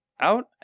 Out